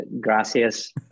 Gracias